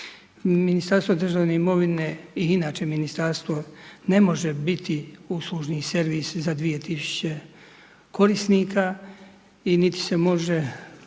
Ministarstvo državne imovine i inače ministarstvo ne može biti uslužni servis za 2000 korisnika i niti se može